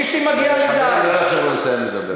חברת הכנסת ברקו, תני לו לסיים לדבר.